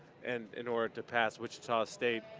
and in order topaz wichita state.